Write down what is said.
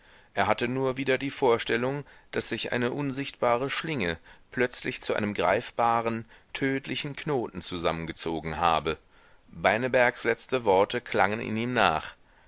er hatte nur wieder die vorstellung daß sich eine unsichtbare schlinge plötzlich zu einem greifbaren tödlichen knoten zusammengezogen habe beinebergs letzte worte klangen in ihm nach